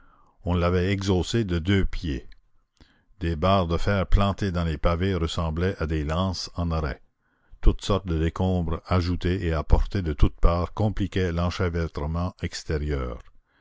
on l'avait exhaussée de deux pieds des barres de fer plantées dans les pavés ressemblaient à des lances en arrêt toutes sortes de décombres ajoutés et apportés de toutes parts compliquaient l'enchevêtrement extérieur